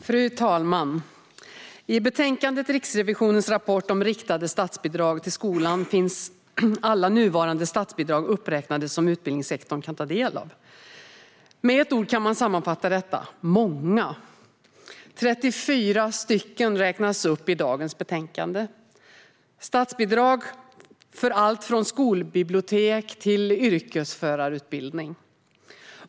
Fru talman! I betänkandet om Riksrevisionens rapport om riktade statsbidrag till skolan finns alla nuvarande statsbidrag som utbildningssektorn kan ta del av uppräknade. Med ett ord kan man sammanfatta detta: många! 34 stycken räknas upp i dagens betänkande. Statsbidrag ges till allt från skolbibliotek till yrkesförarutbildning.